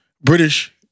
British